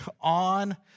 on